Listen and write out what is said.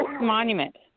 monument